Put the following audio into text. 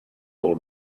old